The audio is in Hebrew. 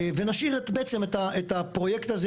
ונשאיר את הפרויקט הזה?